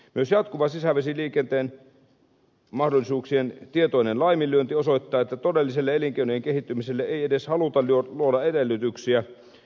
myös jatkuva sisävesiliikenteen mahdollisuuksien tietoinen laiminlyönti osoittaa että todelliselle elinkeinojen kehittymiselle ei edes haluta luoda edellytyksiä